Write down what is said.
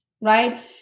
right